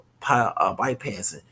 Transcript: bypassing